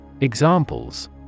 Examples